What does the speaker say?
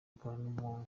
akaba